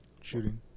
shooting